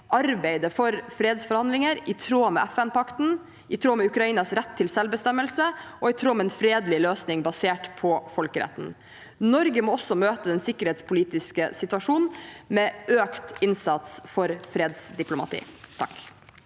arbeider for fredsforhandlinger i tråd med FNpakten, i tråd med Ukrainas rett til selvbestemmelse og i tråd med en fredelig løsning basert på folkeretten. Norge må også møte den sikkerhetspolitiske situasjonen med økt innsats for fredsdiplomati. Ola